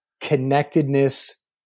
connectedness